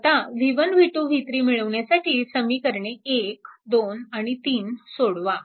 आता v1 v2 v3 मिळवण्यासाठी समीकरणे 1 2 आणि 3 सोडवा